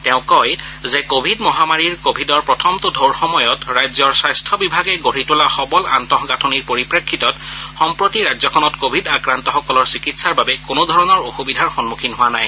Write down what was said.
তেওঁ কয় যে কোভিড মহামাৰীৰ ক ভিডৰ প্ৰথমটো টৌৰ সময়ত ৰাজ্যৰ স্বাস্থ্য বিভাগে গঢ়ি তোলা সবল আন্তঃগাঁথনিৰ পৰিপ্ৰেক্ষিতত সম্প্ৰতি ৰাজ্যখনত কভিড আক্ৰান্তসকলৰ চিকিৎসাৰ বাবে কোনোধৰণৰ অসুবিধাৰ সন্মুখীন হোৱা নাই